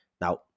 Now